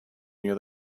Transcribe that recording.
near